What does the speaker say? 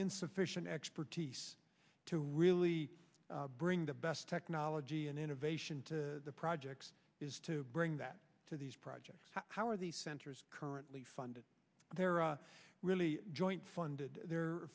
insufficient expertise to really bring the best technology and innovation to the project is to bring that to these projects how are these centers currently funded there are really joint funded they